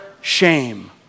shame